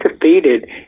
defeated